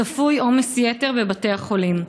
צפוי עומס יתר בבתי החולים.